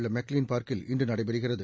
உள்ள மெக்லீன் பார்க்கில் இன்று நடைபெறுகிறது